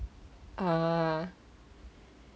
ah